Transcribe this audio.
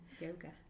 yoga